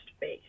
base